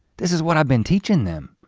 this is what i've been teaching them.